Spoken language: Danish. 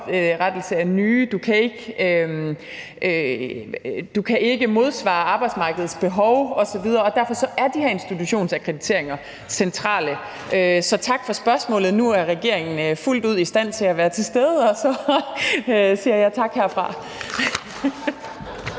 oprettelse af nye uddannelser, og at du ikke kan modsvare arbejdsmarkedets behov osv., og derfor er de her institutionsakkrediteringer centrale. Så tak for spørgsmålet. Nu er regeringen fuldt ud i stand til at være til stede, og så siger jeg tak herfra.